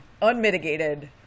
unmitigated